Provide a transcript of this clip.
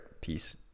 peace